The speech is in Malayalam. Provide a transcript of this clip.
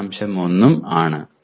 1 ഉം ആണ്